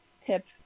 tip